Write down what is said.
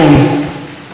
בירת ליטא.